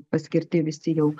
paskirti visi jau